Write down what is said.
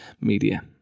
media